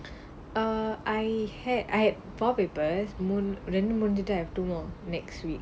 err I had I had four papers மூணு ரெண்டு முடிஞ்ஜிருச்சி:moonu rendu munjiruchi I have two more next week